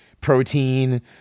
protein